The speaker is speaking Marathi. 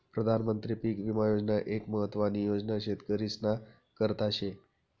प्रधानमंत्री पीक विमा योजना एक महत्वानी योजना शेतकरीस्ना करता शे